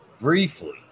briefly